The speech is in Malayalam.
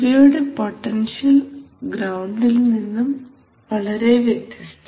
ഇവയുടെ പൊട്ടൻഷ്യൽ ഗ്രൌണ്ടിൽ നിന്നും വളരെ വ്യത്യസ്തമാണ്